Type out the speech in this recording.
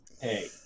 Hey